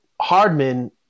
Hardman